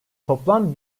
toplam